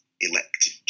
elected